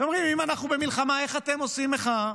אתם אומרים: אם אנחנו במלחמה, איך אתם עושים מחאה?